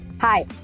Hi